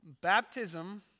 Baptism